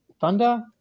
Thunder